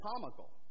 comical